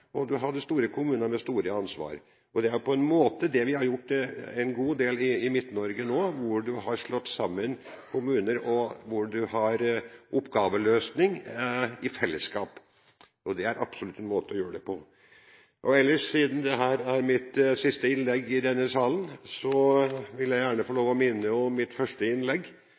og du hadde store kommuner med stort ansvar. Det er på en måte det vi har gjort en god del av i Midt-Norge, hvor du har slått sammen kommuner, og hvor du har oppgaveløsning i fellesskap, og det er absolutt en måte å gjøre det på. Siden dette er mitt siste innlegg i denne salen, vil jeg gjerne få lov å minne om mitt første innlegg.